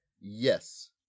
Yes